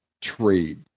trade